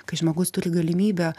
kai žmogus turi galimybę